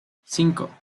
cinco